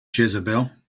jezebel